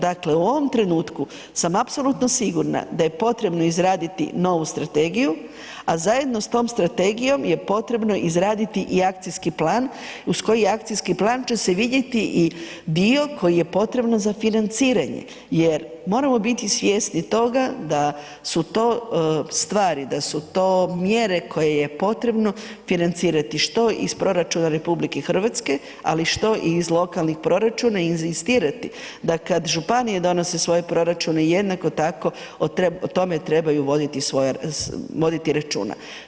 Dakle, u ovom trenutku sam apsolutno sigurna da je potrebno izraditi novu strategiju, a zajedno s tom strategijom je potrebno izraditi i akcijski plan uz koji akcijski plan će se vidjeti i dio koji je potrebno za financiranje jer moramo biti svjesni toga da su to stvari, da su to mjere koje je potrebno financirati što iz proračuna RH, ali što i iz lokalnih proračuna i inzistirati da kad županije donose svoje proračune jednako tako o tome trebaju voditi računa.